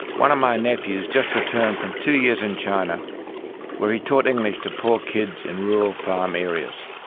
one of my nephews just returned from two years in china where he taught english to poor kids in rural farm areas.